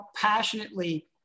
passionately